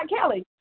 Kelly